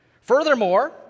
Furthermore